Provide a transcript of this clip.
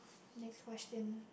next question